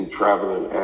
traveling